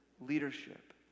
leadership